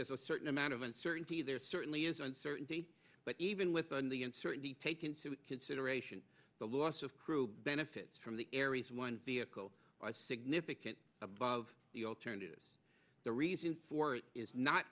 there's a certain amount of uncertainty there certainly is uncertainty but even within the uncertainty take into consideration the loss of crew benefits from the aries one vehicle significant above the alternative the reason for it is not